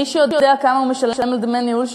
מישהו יודע כמה הוא משלם דמי ניהול?